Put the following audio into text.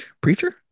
preacher